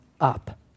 up